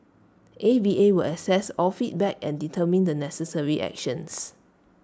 A V A will assess all feedback and determine the necessary actions